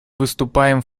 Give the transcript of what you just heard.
выступаем